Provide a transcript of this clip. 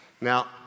Now